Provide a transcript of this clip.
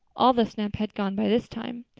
all the snap had gone by this time.